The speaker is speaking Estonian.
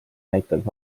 näitab